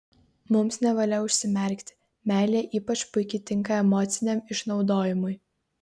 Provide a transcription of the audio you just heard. mums nevalia užsimerkti meilė ypač puikiai tinka emociniam išnaudojimui